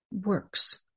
Works